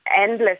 endless